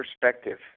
perspective